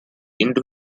into